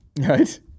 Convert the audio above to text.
Right